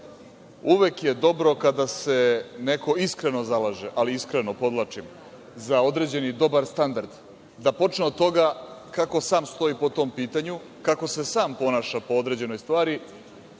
Uvek je dobro kada se neko iskreno zalaže, ali iskreno podvlačim, za određeni dobar standard, da počne od toga kako sam stoji po tom pitanju, kako se sam ponaša po određenoj stvari,